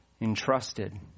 entrusted